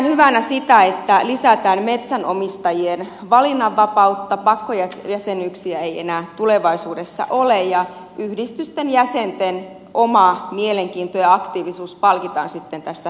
pidän hyvänä sitä että lisätään metsänomistajien valinnanvapautta pakkojäsenyyksiä ei enää tulevaisuudessa ole ja yhdistysten jäsenten oma mielenkiinto ja aktiivisuus palkitaan sitten tässä toiminnassa